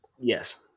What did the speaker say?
Yes